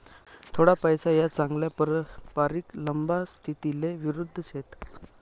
थोडा पैसा या चांगला पारंपरिक लंबा स्थितीले विरुध्द शेत